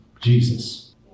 Jesus